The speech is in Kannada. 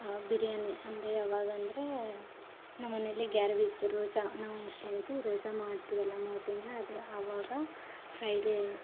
ಬಿರಿಯಾನಿ ಅಂದರೆ ಯಾವಾಗ ಅಂದರೆ ನಮ್ಮನೆಯಲ್ಲಿ ಗ್ಯಾರವಿ ಇತ್ತು ರೋಝ ನಾವು ಮುಸ್ಲಿಮ್ಸು ರೋಝ ಮಾಡ್ತೀವಲ್ಲ ಮೂರು ತಿಂಗ್ಳು ಅದು ಆವಾಗ ಫ್ರೈಡೇ